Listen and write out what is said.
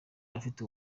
abafite